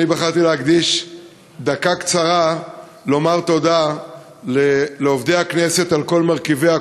אני בחרתי להקדיש דקה קצרה לומר תודה לעובדי הכנסת על כל מרכיביה,